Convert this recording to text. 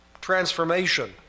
transformation